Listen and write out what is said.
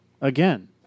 again